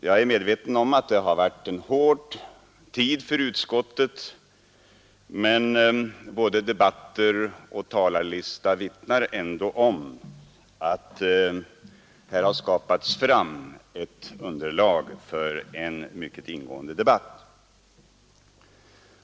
Jag är medveten om att det har varit en hård tid för utskottet, men både debatten och talarlistan vittnar ändå om att här har skapats fram ett underlag för en mycket ingående debatt.